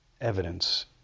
evidence